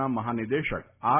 ના મહાનિદેશક આર